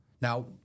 Now